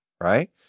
right